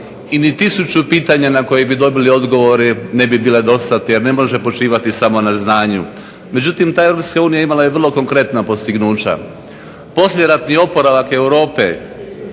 i ni tisuću pitanja na koji bi dobili odgovore ne bi bila …/Govornik se ne razumije./…, jer ne može počivati samo na znanju. Međutim, ta Europska unija imala je vrlo konkretna postignuća. Poslijeratni oporavak Europe